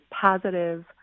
positive